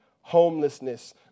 homelessness